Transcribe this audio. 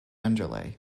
underlay